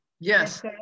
Yes